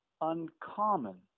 uncommon